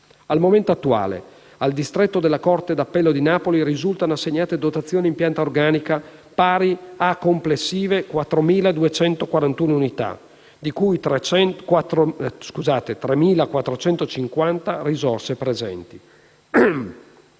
Al momento attuale, al distretto della corte d'appello di Napoli risultano assegnate dotazioni in pianta organica pari a complessive 4.241 unità, di cui 3.450 risorse presenti.